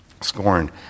scorned